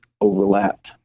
overlapped